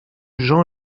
jean